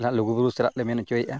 ᱱᱟᱦᱟᱸᱜ ᱞᱩᱜᱩᱼᱵᱩᱨᱩ ᱪᱟᱞᱟᱜ ᱞᱮ ᱢᱮᱱ ᱦᱚᱪᱚᱭᱮᱜᱼᱟ